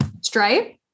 Stripe